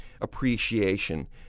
appreciation